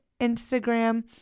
Instagram